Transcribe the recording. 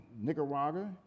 Nicaragua